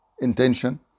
intention